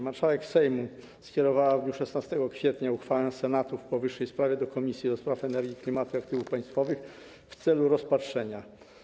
Marszałek Sejmu skierowała w dniu 16 kwietnia uchwałę Senatu w powyższej sprawie do Komisji do Spraw Energii, Klimatu i Aktywów Państwowych w celu rozpatrzenia.